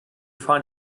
find